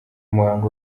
muhango